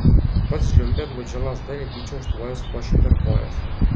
pats žliumbė gludžia lazda netyčia užtvojęs luošiui per kojas